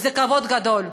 וזה כבוד גדול.